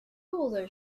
older